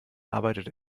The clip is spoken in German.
arbeitet